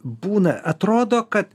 būna atrodo kad